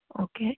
okay